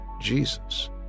Jesus